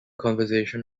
conversation